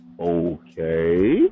okay